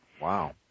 Wow